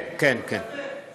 כן, כן, כן.